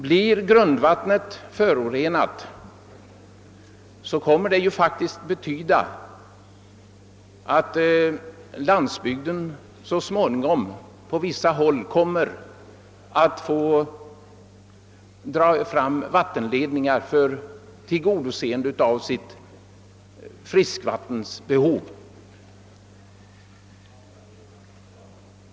Blir grundvattnet förorenat måste det på vissa håll på landsbygden dras fram vattenledningar för att friskvattenbehovet skall kunna tillgodoses.